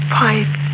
pipe